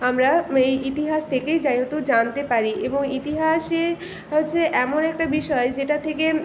আমরা এই ইতিহাস থেকেই যেহেতু জানতে পারি এবং ইতিহাসই হচ্ছে এমন একটা বিষয় যেটার থেকে